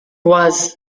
was